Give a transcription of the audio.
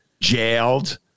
jailed